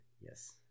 Yes